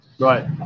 Right